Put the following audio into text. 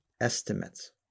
estimates